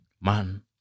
Man